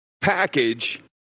package